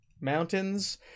Mountains